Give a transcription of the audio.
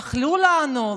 אכלו לנו,